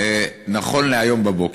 נכון להיום בבוקר.